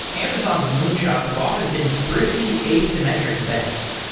amazon's moonshots have often been thrifty, asymmetric bets,